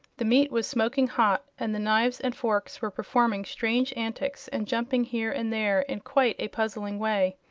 the meat was smoking hot and the knives and forks were performing strange antics and jumping here and there in quite a puzzling way.